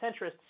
centrists